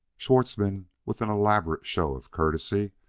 schwartzmann, with an elaborate show of courtesy,